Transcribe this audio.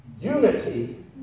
Unity